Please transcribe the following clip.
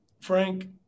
Frank